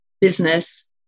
business